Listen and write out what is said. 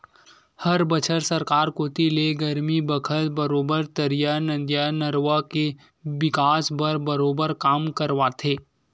हर बछर सरकार कोती ले गरमी बखत बरोबर तरिया, नदिया, नरूवा के बिकास बर बरोबर काम करवाथे